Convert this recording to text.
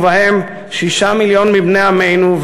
ובהם שישה מיליון מבני עמנו,